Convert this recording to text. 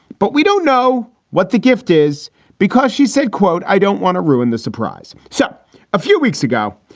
but we don't know what the gift is because she said, quote, i don't want to ruin the surprise. so a few weeks ago,